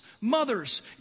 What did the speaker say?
mothers